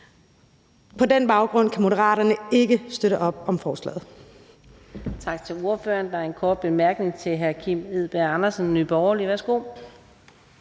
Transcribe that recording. På den baggrund kan Moderaterne ikke støtte op om forslaget.